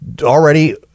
already